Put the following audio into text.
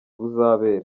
buzabera